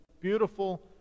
beautiful